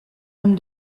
homme